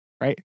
right